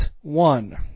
one